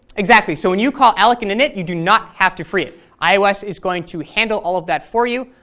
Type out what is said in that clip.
exactly, so when you call alloc and init you do not have to free it. ios is going to handle all of that for you.